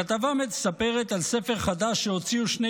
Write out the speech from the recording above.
הכתבה מספרת על ספר חדש שהוציאו שני